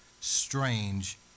strange